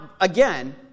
again